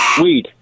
weed